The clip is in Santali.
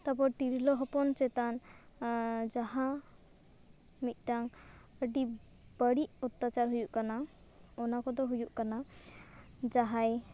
ᱛᱟᱯᱚᱨ ᱛᱤᱨᱞᱟᱹ ᱦᱚᱯᱚᱱ ᱪᱮᱛᱟᱱ ᱡᱟᱦᱟᱸ ᱢᱤᱫᱴᱟᱝ ᱟᱹᱰᱤ ᱵᱟᱹᱲᱤᱡ ᱚᱛᱛᱟᱪᱟᱨ ᱦᱩᱭᱩᱜ ᱠᱟᱱᱟ ᱚᱱᱟ ᱠᱚᱫᱚ ᱦᱩᱭᱩᱜ ᱠᱟᱱᱟ ᱡᱟᱦᱟᱭ